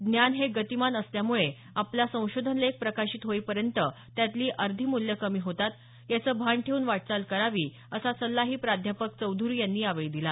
ज्ञान हे गतीमान असल्यामुळे आपला संशोधन लेख प्रकाशित होईपर्यंत त्यातली अर्धी मूल्यं कमी होतात याचं भान ठेवून वाटचाल करावी असा सल्लाही प्राध्यापक चौधुरी यांनी यावेळी दिला